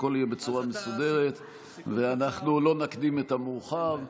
הכול יהיה בצורה מסודרת ואנחנו לא נקדים את המאוחר.